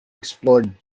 explored